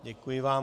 Děkuji vám.